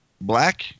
black